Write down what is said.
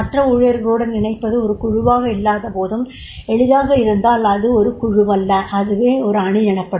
மற்ற ஊழியர்களுடன் இணைப்பது ஒரு குழுவாக இல்லாதபோதும் எளிதாக இருந்தால் அது ஒரு குழுவல்ல அதுவே ஒரு அணி எனப்படும்